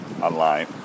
online